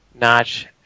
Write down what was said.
notch